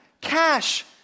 Cash